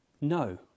No